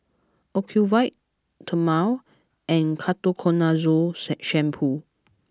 Ocuvite Dermale and Ketoconazole shampoo